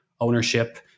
ownership